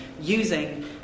using